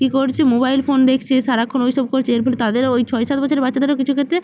কী করছে mobile phone দেখছে সারাক্ষণ ওই সব করছে এর ফলে তাদেরও ওই ছয় সাত বছরের বাচ্চাদেরও কিছু ক্ষেত্রে